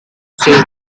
says